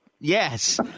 Yes